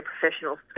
professional